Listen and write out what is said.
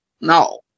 No